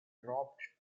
dropped